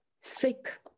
sick